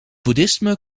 boeddhisme